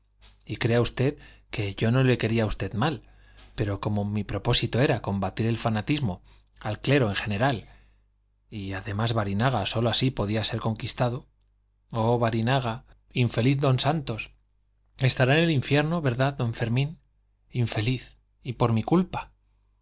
y crea usted que yo no le quería a usted mal pero como mi propósito era combatir el fanatismo al clero en general y además barinaga sólo así podía ser conquistado oh barinaga infeliz don santos estará en el infierno verdad don fermín infeliz y por mi culpa